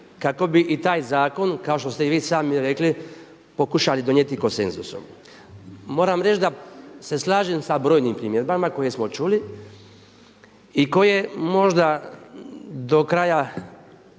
kako bi i taj zakon kao što ste i vi sami rekli pokušali donijeti konsenzusom. Moram reći da se slažem sa brojnim primjedbama koje smo čuli i koje možda do kraja